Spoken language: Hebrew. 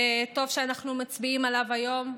וטוב שאנחנו מצביעים עליו היום.